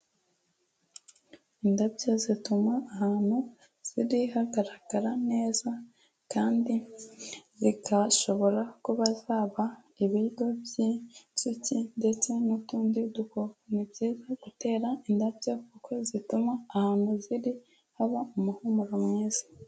Indabyo zituma ahantu ziri hagaragara neza, kandi zigashobora kuba zaba ibiryo by'inzuki ndetse n'utundi dukoko, ni byiza gutera indabyo kuko zituma ahantu ziri haba umuhumuro mwiza.